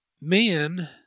men